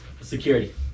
security